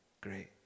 great